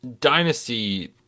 Dynasty